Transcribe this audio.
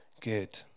good